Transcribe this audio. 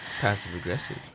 Passive-aggressive